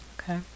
okay